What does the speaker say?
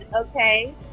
okay